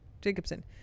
Jacobson